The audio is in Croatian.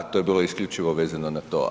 To je bilo isključivo vezano na to.